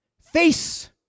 Face